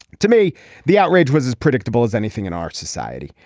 to me the outrage was as predictable as anything in our society.